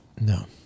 No